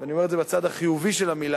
אני אומר את זה בצד החיובי של המלה,